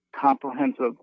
comprehensive